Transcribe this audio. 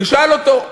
תשאל אותו.